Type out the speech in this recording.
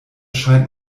scheint